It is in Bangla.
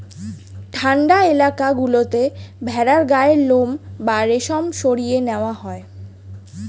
ঠান্ডা এলাকা গুলোতে ভেড়ার গায়ের লোম বা রেশম সরিয়ে নেওয়া হয়